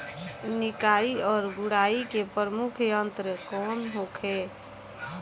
निकाई और गुड़ाई के प्रमुख यंत्र कौन होखे?